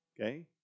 Okay